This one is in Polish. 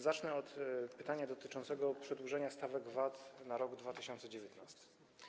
Zacznę od pytania dotyczącego przedłużenia stawek VAT na rok 2019.